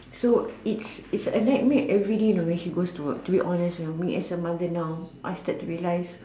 so it's it's a nightmare everyday you know when she goes to work to be honest you know I mean as a mother now I start to realise